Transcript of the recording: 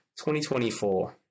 2024